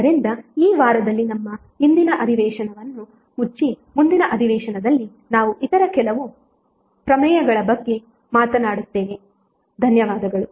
ಆದ್ದರಿಂದ ಈ ವಾರದಲ್ಲಿ ನಮ್ಮ ಇಂದಿನ ಅಧಿವೇಶನವನ್ನು ಮುಚ್ಚಿ ಮುಂದಿನ ಅಧಿವೇಶನದಲ್ಲಿ ನಾವು ಇತರ ಕೆಲವು ಪ್ರಮೇಯಗಳ ಬಗ್ಗೆ ಮಾತನಾಡುತ್ತೇವೆ ಧನ್ಯವಾದಗಳು